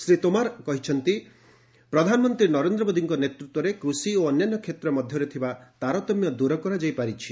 ଶ୍ରୀ ତୋମାର ଆହୁରି ମଧ୍ୟ କହିଛନ୍ତି ପ୍ରଧାନମନ୍ତ୍ରୀ ନରେନ୍ଦ୍ର ମୋଦୀଙ୍କ ନେତୃତ୍ୱରେ କୃଷି ଓ ଅନ୍ୟାନ୍ୟ କ୍ଷେତ୍ର ମଧ୍ୟରେ ଥିବା ତାରତମ୍ୟ ଦୂର କରାଯାଇ ପାରିଛି